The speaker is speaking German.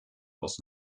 aus